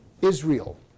Israel